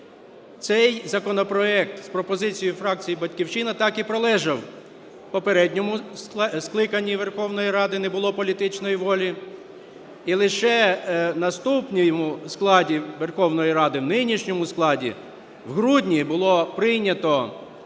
Цей законопроект з пропозицією фракції "Батьківщина" так і пролежав, в попередньому скликанні Верховної Ради не було політичної волі, і лише в наступному складі Верховної Ради, в нинішньому складі, в грудні було прийнято